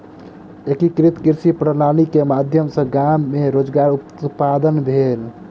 एकीकृत कृषि प्रणाली के माध्यम सॅ गाम मे रोजगार उत्पादन भेल